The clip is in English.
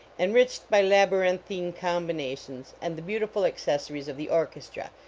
enriched by laby rinthine combinations and the beautiful accessories of the orchestra,